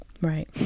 Right